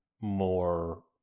more